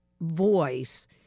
voice